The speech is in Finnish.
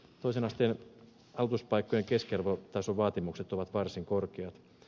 toisen asteen aloituspaikkojen keskiarvotasovaatimukset ovat varsin korkeat